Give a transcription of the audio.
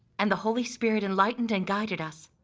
and the holy spirit enlightened and guided us.